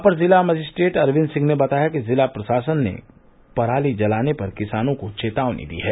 अपर जिला मजिस्ट्रेट अरविन्द सिंह ने बताया कि जिला प्रशासन ने पराली जलाने पर किसानों को चेतावनी दी है